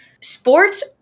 Sports